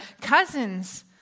cousins